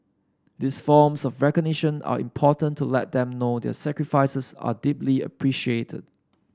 these forms of recognition are important to let them know their sacrifices are deeply appreciated